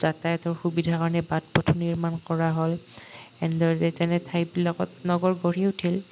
যাতায়তৰ সুবিধাৰ কাৰণে বাট পথৰ নিৰ্মাণ কৰা হ'ল এনেদৰে তেনে ঠাইবিলাকত নগৰ গঢ়ি উঠিল